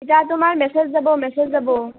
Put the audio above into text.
ইতা তোমাৰ মেচেজ যাব মেচেজ যাব